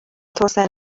توسعه